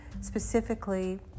specifically